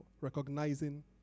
recognizing